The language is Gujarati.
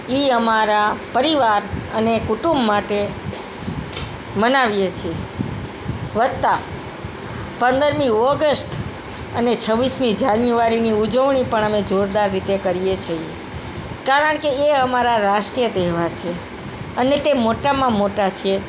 એ અમારા પરિવાર અને કુટુંબ માટે મનાવીએ છે વત્તા પંદરમી ઓગસ્ટ અને છવ્વીસમી જાન્યુઆરીની ઉજવણી પણ અમે જોરદાર રીતે કરીએ છીએ કારણ કે એ અમારા રાષ્ટ્રીય તહેવાર છે અને તે મોટામાં મોટા છે